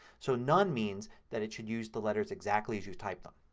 so none means that it should use the letters exactly as you type them.